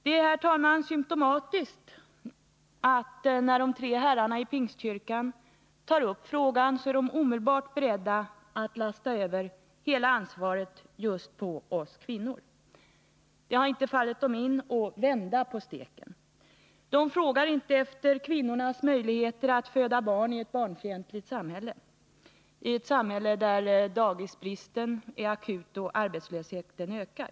Det var, herr talman, symtomatiskt att när de tre herrarna i Pingstkyrkan tog upp frågan var de omedelbart beredda att lasta över hela ansvaret på just oss kvinnor. Det har inte fallit dem in att vända på steken. De frågar inte efter kvinnornas möjligheter att föda barn i ett barnfientligt samhälle, i ett samhälle där daghemsbristen är akut och arbetslösheten ökar.